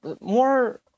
more